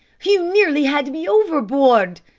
you nearly had me overboard.